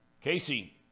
Casey